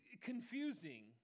confusing